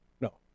No